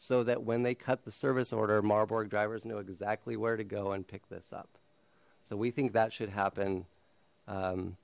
so that when they cut the service order marburg drivers know exactly where to go and pick this up so we think that should happen